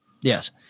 Yes